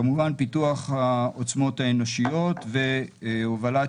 כמובן פיתוח העוצמות האנושיות והובלת